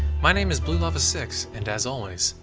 my name is blue lavasix and as always,